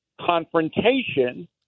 confrontation